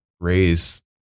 raise